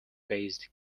based